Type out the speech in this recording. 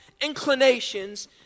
inclinations